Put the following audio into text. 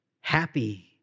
Happy